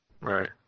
Right